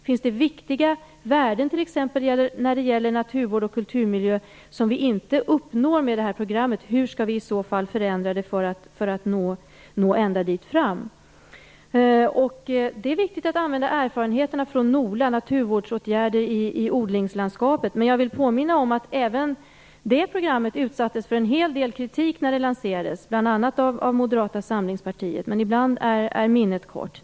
Finns det viktiga värden t.ex. när det gäller naturvård och kulturmiljö som vi inte uppnår med det här programmet och hur skall vi i så fall förändra där för att nå ända fram? Det är viktigt att använda erfarenheterna från NOLA, naturvårdsåtgärder i odlingslandskapet. Men jag vill påminna om att även det programmet utsattes för en hel del kritik när det lanserades, bl.a. från Moderata samlingspartiet. Ibland är minnet kort.